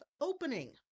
opening